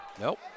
Nope